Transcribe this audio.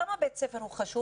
למה בית הספר חשוב?